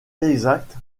exacte